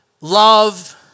love